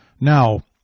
Now